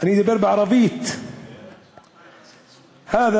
אני אדבר בערבית (אומר דברים בשפה הערבית,